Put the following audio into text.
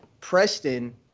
Preston